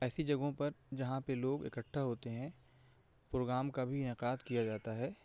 ایسی جگہوں پر جہاں پہ لوگ اکٹھا ہوتے ہیں پروگرام کا بھی انعقاد کیا جاتا ہے